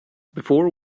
before